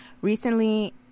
Recently